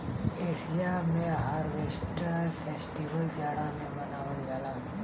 Asia में harvest festival जाड़ा में मनावल जाला